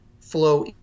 flow